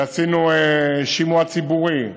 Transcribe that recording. ועשינו שימוע ציבורי,